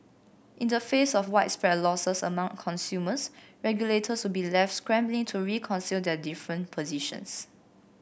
in the face of widespread losses among consumers regulators would be left scrambling to reconcile their different positions